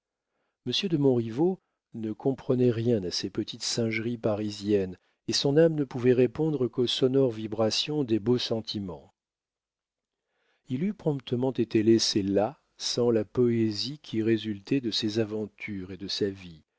monsieur de montriveau ne comprenait rien à ces petites singeries parisiennes et son âme ne pouvait répondre qu'aux sonores vibrations des beaux sentiments il eût promptement été laissé là sans la poésie qui résultait de ses aventures et de sa vie